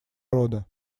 рода